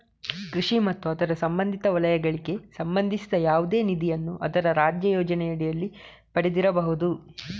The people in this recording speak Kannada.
ಕೃಷಿ ಮತ್ತು ಅದರ ಸಂಬಂಧಿತ ವಲಯಗಳಿಗೆ ಸಂಬಂಧಿಸಿದ ಯಾವುದೇ ನಿಧಿಯನ್ನು ಅದರ ರಾಜ್ಯ ಯೋಜನೆಯಡಿಯಲ್ಲಿ ಪಡೆದಿರಬಹುದು